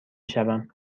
شوم